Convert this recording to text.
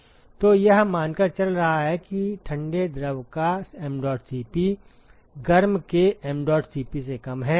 तो यह मानकर चल रहा है कि ठंडे द्रव का mdot Cp गर्म के mdot Cp से कम है